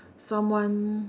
someone